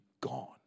gone